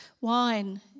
Wine